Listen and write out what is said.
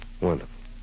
Wonderful